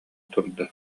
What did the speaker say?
турда